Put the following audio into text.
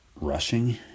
Rushing